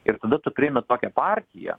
ir tada tu priimi tokią partiją